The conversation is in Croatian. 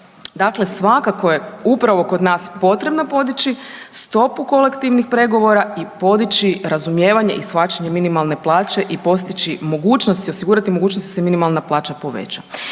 Dakle, svakako je upravo kod nas potrebno podići stopu kolektivnih pregovora i podići razumijevanje i shvaćanje minimalne plaće i postići mogućnosti, osigurati mogućnosti da se minimalna plaća poveća.